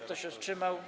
Kto się wstrzymał?